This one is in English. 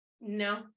no